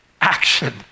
action